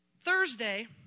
Thursday